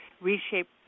reshape